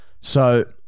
So-